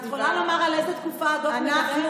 את יכולה לומר על איזו תקופה הדוח מדבר?